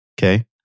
okay